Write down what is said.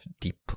deep